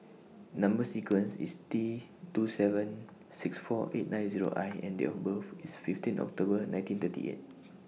Number sequence IS T two seven six four eight nine Zero I and Date of birth IS fifteen October nineteen thirty eight